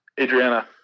Adriana